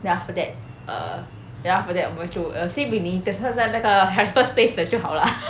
then after err then after that 我们就 err si min 你等下在那个 raffles place 的就好 lah